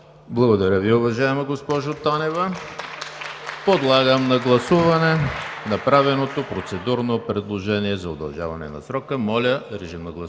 Благодаря Ви, уважаема госпожо Танева. Подлагам на гласуване направеното процедурно предложение за удължаване на срока. (Шум и реплики.) Гласували